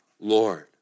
Lord